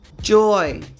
joy